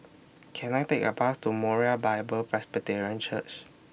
Can I Take A Bus to Moriah Bible Presbyterian Church